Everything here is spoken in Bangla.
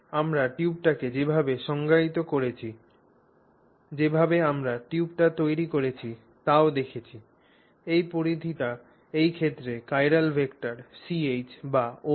আমরা টিউবটিকে যেভাবে সংজ্ঞায়িত করেছি যেভাবে আমরা টিউবটি তৈরি করেছি তাও দেখেছি এই পরিধিটি এই ক্ষেত্রে চিরাল ভেক্টর Ch বা OA